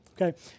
Okay